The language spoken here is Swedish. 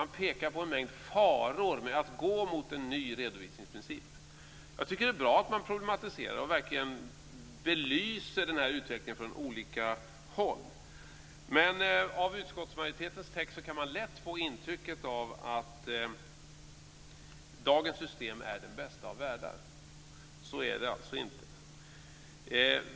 Man pekar på en mängd faror med att gå mot en ny redovisningsprincip. Jag tycker att det är bra att man problematiserar och verkligen belyser den här utvecklingen från olika håll. Men av utskottsmajoritetens text kan man lätt få intrycket av att dagens system är den bästa av världar. Så är det alltså inte.